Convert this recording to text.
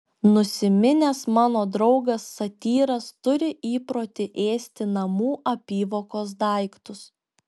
nusiminęs mano draugas satyras turi įprotį ėsti namų apyvokos daiktus